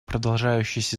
продолжающийся